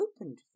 opened